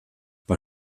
bei